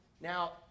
Now